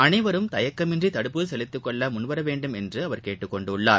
அனைவரும் தயக்கமின்றி தடுப்பூசி செலுத்திக்கொள்ள முன்வர வேண்டும் என்று அவர் கேட்டுக்கொண்டுள்ளார்